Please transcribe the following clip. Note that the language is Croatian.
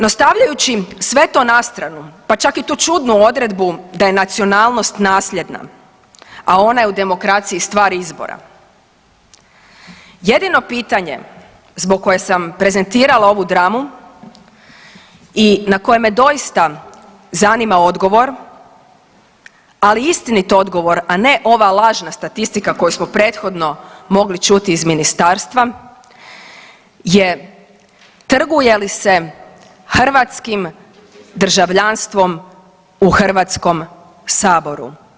No stavljajući sve to na stranu pa čak i tu čudnu odredbu da je nacionalnost nasljedna, a ona je u demokraciji stvar izbora, jedino pitanje zbog koje sam prezentirala ovu dramu i na koje me doista zanima odgovor, ali istinit odgovor, a ne ova lažna statistika koju smo prethodno mogli čuti iz ministarstva je trguje li se hrvatskim državljanstvom u HS-U?